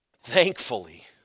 thankfully